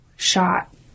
shot